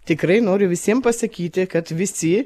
tikrai noriu visiems pasakyti kad visi